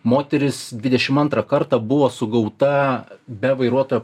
moteris dvidešim antrą kartą buvo sugauta be vairuotojo